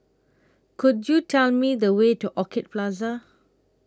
Could YOU Tell Me The Way to Orchid Plaza